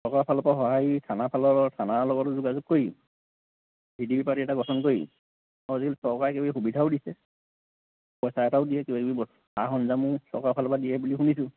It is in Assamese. চৰকাৰৰ ফালৰ পৰা সহায় থানা ফালৰ থানাৰ লগতো যোগাযোগ কৰি ভি ডি পি পাৰ্টি এটা গঠন কৰি আৰু আজিকালি চৰকাৰে কিবা কিবি সুবিধাও দিছে পইচা এটাও দিয়ে কিবা কিবি সা সৰঞ্জাম চৰকাৰৰ ফালৰ পৰা দিয়ে বুলি শুনিছোঁ